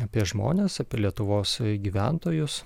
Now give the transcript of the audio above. apie žmones apie lietuvos gyventojus